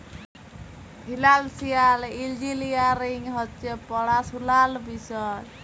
financial engineering হছে পড়াশুলার বিষয়